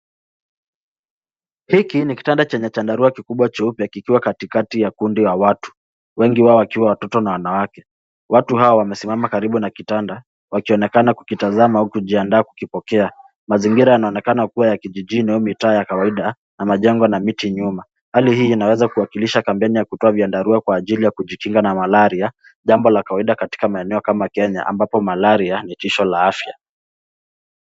Hiki ni kitanda chenye chandarua kikubwa cheupe kikiwa katikati ya kundi wa watu, wengi wao wakiwa watoto na wanawake. Watu hawa wamesimama karibu na kitanda, wakionekana kukitazama au kujiandaa kukipokea. Mazingira yanaonekana kuwa ya kijijini au mitaa ya kawaida na majengo na miti nyuma. Hali hii inaweza kuwakilisha kampeni ya kutoa vyandarua kwa ajili ya kujikinga na malaria, jambo la kawaida katika maeneo kama Kenya ambapo malaria ni tishio la afya.